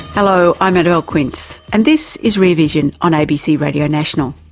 hello, i'm annabelle quince and this is rear vision on abc radio national.